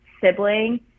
sibling